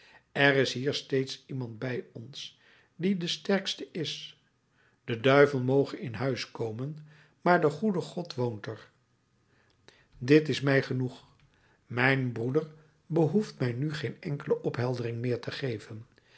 er is hier steeds iemand bij ons die de sterkste is de duivel moge in huis komen maar de goede god woont er dit is mij genoeg mijn broeder behoeft mij nu geen enkele opheldering meer te geven